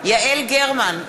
יעל גרמן,